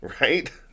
Right